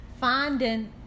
finding